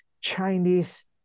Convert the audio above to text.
Chinese